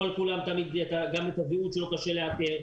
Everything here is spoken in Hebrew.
קשה לאתר.